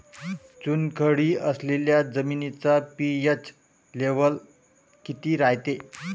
चुनखडी असलेल्या जमिनीचा पी.एच लेव्हल किती रायते?